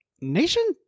nation